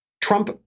Trump